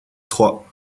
trois